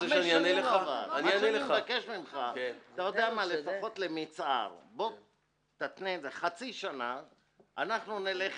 אני מבקש ממך שתתנה את זה חצי שנה, ואנחנו נלך